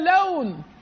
alone